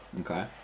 Okay